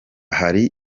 hari